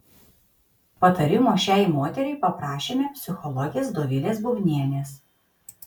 patarimo šiai moteriai paprašėme psichologės dovilė bubnienės